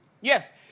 Yes